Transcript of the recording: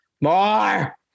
more